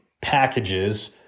packages